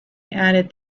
added